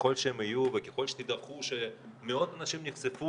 ככל שהם יהיו וככל שתדווחו שמאות אנשים נחשפו